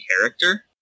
character